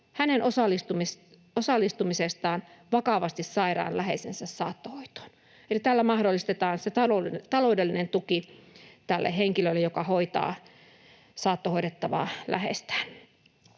hänen osallistumisestaan vakavasti sairaan läheisensä saattohoitoon.” Eli tällä mahdollistetaan se taloudellinen tuki tälle henkilölle, joka hoitaa saattohoidettavaa läheistään.